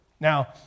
Now